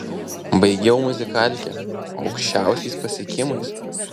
baigiau muzikalkę aukščiausiais pasiekimais